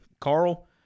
Carl